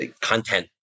content